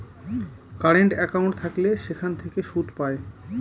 current account থাকলে সেখান থেকে সুদ পায়